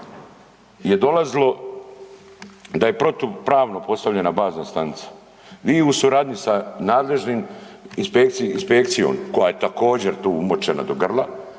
je dolazilo da je protupravno postavljena bazna stanica, vi u suradnji sa nadležnim, inspekcijom koja je također tu umočena do grla